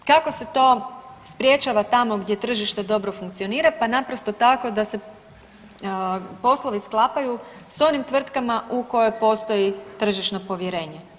Kako se to sprječava tamo gdje tržište dobro funkcionira, pa naprosto tako da se poslovi sklapaju s onim tvrtka u koje postoji tržišno povjerenje.